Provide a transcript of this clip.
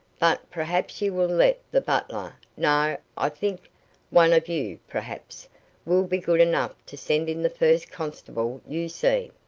but perhaps you will let the butler no, i think one of you, perhaps will be good enough to send in the first constable you see.